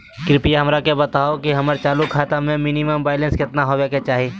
कृपया हमरा बताहो कि हमर चालू खाता मे मिनिमम बैलेंस केतना होबे के चाही